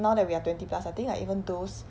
now that we are twenty plus I think like even those